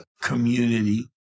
community